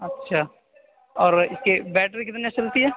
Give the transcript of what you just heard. اچھا اور اس کی بیٹری کتنی چلتی ہے